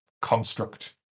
construct